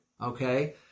okay